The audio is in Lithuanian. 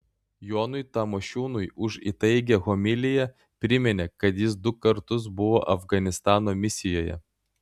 jonui tamošiūnui už įtaigią homiliją priminė kad jis du kartus buvo afganistano misijoje